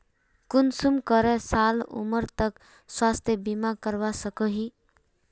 कुंसम करे साल उमर तक स्वास्थ्य बीमा करवा सकोहो ही?